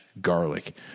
garlic